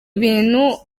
bintu